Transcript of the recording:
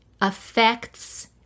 affects